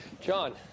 John